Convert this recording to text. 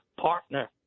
partner